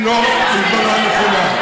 היא לא מגבלה נכונה.